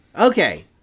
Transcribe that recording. okay